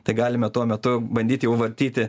tai galime tuo metu bandyt jau vartyti